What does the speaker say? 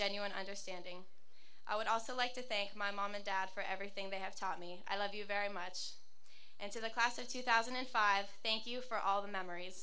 genuine understanding i would also like to thank my mom and dad for everything they have taught me i love you very much and to the class of two thousand and five thank you for all the memories